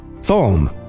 Psalm